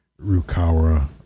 rukawa